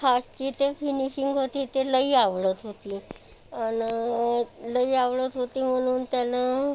हातची ते फिनिशिंग होती ते लई आवडत होती आणि लई आवडत होती म्हणून त्यानं